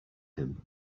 him